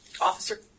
Officer